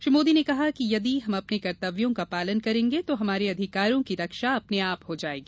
श्री मोदी ने कहा कि यदि हम अपने कर्तव्यों का पालन करेंगे तो हमारे अधिकारों की रक्षा अपने आप हो जायेगी